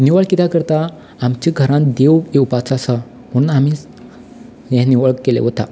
निवळ किद्या करता आमच्या घरान देव येवपाचो आसा म्हणून आमी हें निवळ केलें वता